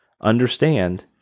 understand